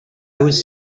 was